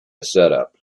setup